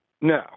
No